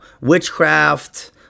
Witchcraft